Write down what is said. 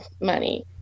money